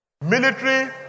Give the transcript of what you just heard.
Military